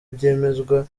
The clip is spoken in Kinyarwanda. byemezwa